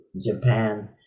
Japan